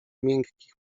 miękkich